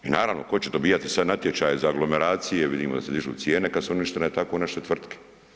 I naravno ko će dobijati sad natječaje za aglomeracije, vidimo da se dižu cijene kad su uništene tako naše tvrtke.